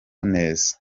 neza